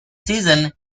season